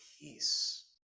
peace